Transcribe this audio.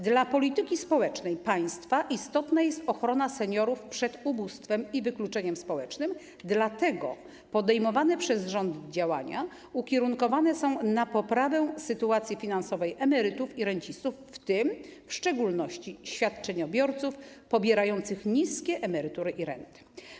Dla polityki społecznej państwa istotna jest ochrona seniorów przed ubóstwem i wykluczeniem społecznym, dlatego podejmowane przez rząd działania ukierunkowane są na poprawę sytuacji finansowej emerytów i rencistów, w tym w szczególności świadczeniobiorców pobierających niskie emerytury i renty.